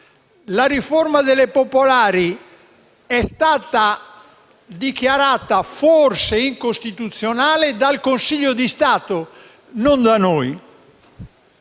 la riforma delle popolari è stata dichiarata forse incostituzionale dal Consiglio di Stato, non da noi.